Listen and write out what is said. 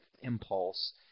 impulse